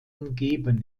umgeben